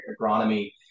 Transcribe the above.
agronomy